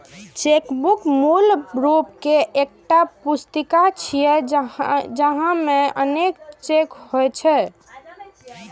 chequebook मूल रूप सं एकटा पुस्तिका छियै, जाहि मे अनेक चेक होइ छै